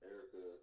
Erica